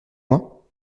moi